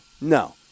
No